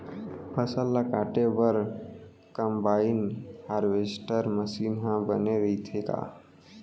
फसल ल काटे बर का कंबाइन हारवेस्टर मशीन ह बने रइथे का?